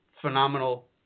phenomenal